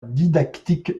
didactique